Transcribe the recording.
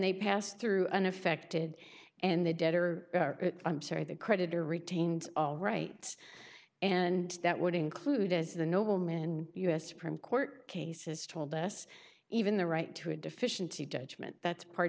y pass through unaffected and the debtor i'm sorry the creditor retains all rights and that would include as the noble man us supreme court cases told us even the right to a deficiency judgment that's part